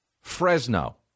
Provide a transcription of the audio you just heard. fresno